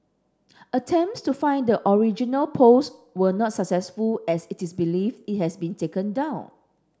attempts to find the original post were not successful as it is believed it has been taken down